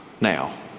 now